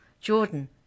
Jordan